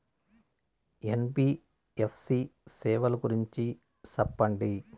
NBFC సేవల గురించి సెప్పండి?